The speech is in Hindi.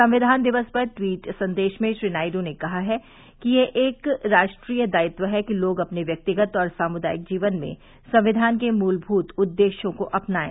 संविधान दिवस पर ट्वीट संदेश में श्री नायडू ने कहा है कि यह एक राष्ट्रीय दायित्व है कि लोग अपने व्यक्तिगत और सामुदायिक जीवन में संविधान के मूलभूत उदेश्यों को अपनाएं